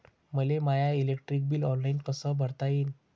मले my electric bill online कस भरता येईन?